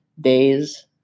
days